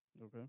Okay